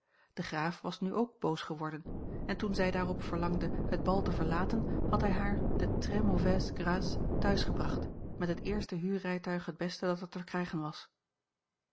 de graaf was nu ook boos geworden en toen zij daarop verlangde het bal te verlaten had hij haar de très mauvaise grâce thuis gebracht met het eerste huurrijtuig het beste dat er te krijgen was